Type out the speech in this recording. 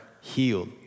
healed